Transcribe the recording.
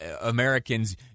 Americans